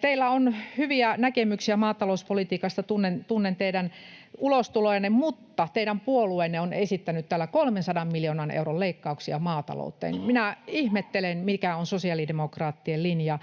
teillä on hyviä näkemyksiä maatalouspolitiikasta, tunnen teidän ulostulonne, mutta teidän puolueenne on esittänyt täällä 300 miljoonan euron leikkauksia maatalouteen. Minä ihmettelen, mikä on sosiaalidemokraattien linja,